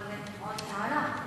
אבל עוד הערה.